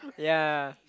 ya